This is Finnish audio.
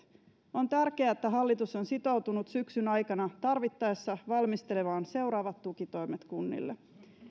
on tärkeää että hallitus on sitoutunut syksyn aikana tarvittaessa valmistelemaan seuraavat tukitoimet kunnille